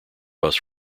bus